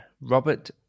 Robert